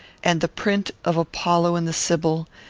and the print of apollo and the sibyl,